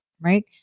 right